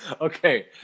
Okay